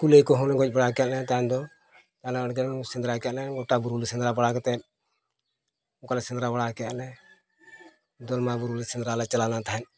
ᱠᱩᱞᱟᱹᱭ ᱠᱚᱦᱚᱸᱞᱮ ᱜᱚᱡ ᱵᱟᱲᱟ ᱠᱮᱫ ᱠᱚᱣᱟ ᱛᱟᱭᱚᱢ ᱫᱚ ᱟᱞᱮ ᱦᱚᱸ ᱚᱸᱰᱮ ᱥᱮᱸᱫᱽᱨᱟ ᱠᱮᱜᱼᱟ ᱞᱮ ᱜᱳᱴᱟ ᱵᱩᱨᱩ ᱥᱮᱸᱫᱽᱨᱟ ᱵᱟᱲᱟ ᱠᱟᱛᱮᱫ ᱚᱱᱠᱟ ᱞᱮ ᱥᱮᱸᱫᱽᱨᱟ ᱵᱟᱲᱟ ᱠᱮᱜᱼᱟ ᱞᱮ ᱫᱚᱞᱢᱟ ᱵᱩᱨᱩ ᱥᱮᱸᱫᱽᱨᱟ ᱞᱮ ᱪᱟᱞᱟᱣ ᱞᱮᱱ ᱛᱟᱦᱮᱸᱫ